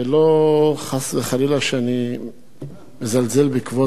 שאני מזלזל בכבוד השר פלד,